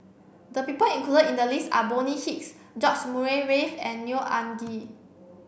the people includ in the list are Bonny Hicks George Murray Reith and Neo Anngee